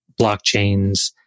blockchains